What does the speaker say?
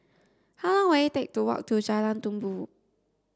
how long will it take to walk to Jalan Tumpu